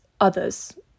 others